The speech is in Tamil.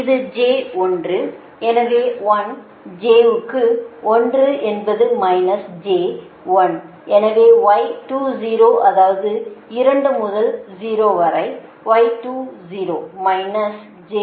இது j 1 எனவே 1 j க்கு 1 என்பது மைனஸ் j 1 எனவே y 20 அதாவது 2 முதல் 0 வரை மைனஸ் j 1